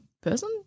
person